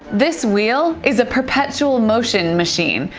this wheel is a perpetual motion machine,